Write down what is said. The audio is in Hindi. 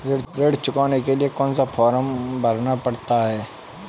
ऋण चुकाने के लिए कौन सा फॉर्म भरना पड़ता है?